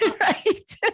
Right